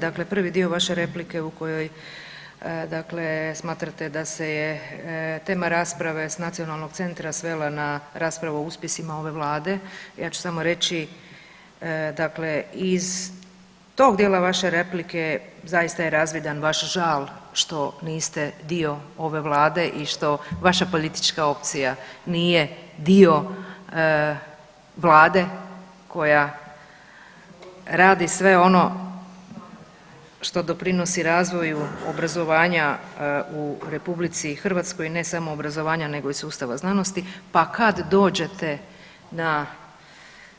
Dakle, prvi dio vaše replike u kojoj dakle smatrate da se je tema rasprave s nacionalnog centra svela na raspravu o uspjesima ove vlade ja ću samo reći, dakle iz tog dijela vaše replike zaista je razvidan vaš žal što niste dio ove vlade i što vaša politička opcija nije dio vlade koja radi sve ono što doprinosi razvoju obrazovanja u RH, ne samo obrazovanja nego i sustava znanosti, pa kad dođete na